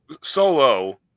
solo